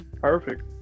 Perfect